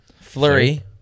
Flurry